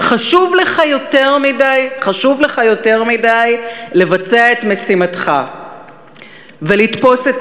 חשוב לך יותר מדי לבצע את משימתך ולתפוס את